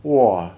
!wah!